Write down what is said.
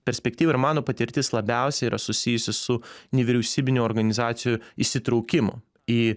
perspektyva ir mano patirtis labiausiai yra susijusi su nevyriausybinių organizacijų įsitraukimu į